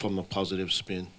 from the positive spin